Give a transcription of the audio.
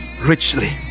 Richly